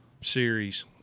series